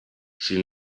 she